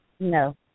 No